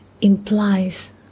implies